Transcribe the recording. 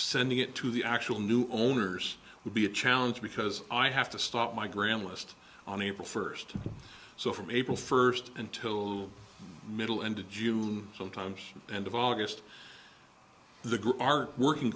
sending it to the actual new owners would be a challenge because i have to stop my gram list on april first so from april first until middle into june sometimes end of august the group are working